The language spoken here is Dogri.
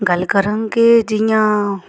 गल्ल करङ के जि''यां